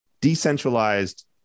Decentralized